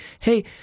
hey